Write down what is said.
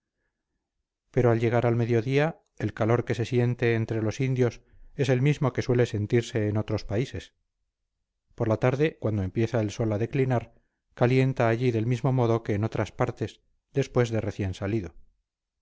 pero al llegar al medio día el calor que se siente entre los indios es el mismo que suele sentirse en otros países por la tarde cuando empieza el sol a declinar calienta allí del mismo modo que en otras partes después de recién salido